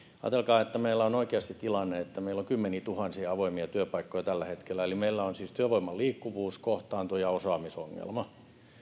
ajatelkaa että meillä on oikeasti tilanne että meillä on kymmeniätuhansia avoimia työpaikkoja tällä hetkellä eli meillä on siis työvoiman liikkuvuus kohtaanto ja osaamisongelma